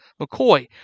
McCoy